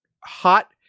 hot